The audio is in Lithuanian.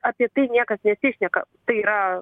apie tai niekas nesišneka tai yra